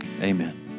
amen